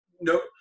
Nope